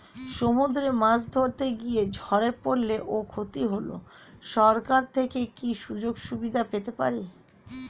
সমুদ্রে মাছ ধরতে গিয়ে ঝড়ে পরলে ও ক্ষতি হলে সরকার থেকে কি সুযোগ সুবিধা পেতে পারি?